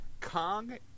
Kong